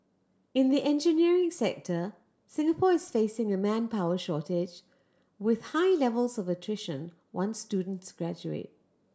in the engineering sector Singapore is facing a manpower shortage with high levels of attrition once students graduate